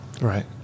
Right